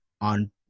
on